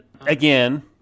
again